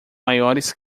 maiores